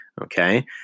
okay